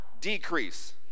decrease